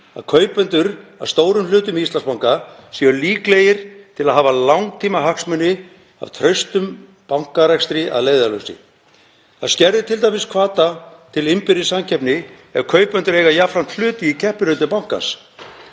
að kaupendur að stórum hluta með Íslandsbanka séu líklegir til að hafa langtímahagsmuni af traustum bankarekstri að leiðarljósi. Það skerðir t.d. hvata til innbyrðissamkeppni ef kaupendur eiga jafnframt hluti í keppinautum bankans.